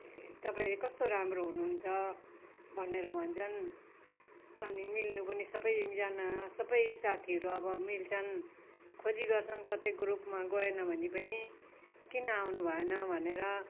तपाईँ कस्तो राम्रो हुनुहुन्छ भनेर भन्छन् अनि मिल्नु पनि सबैजना सबै साथीहरू अब मिल्छन् खोजी गर्छन् कतै ग्रुपमा गएन भने पनि किन आउनुभएन भनेर